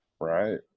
Right